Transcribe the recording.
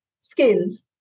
skills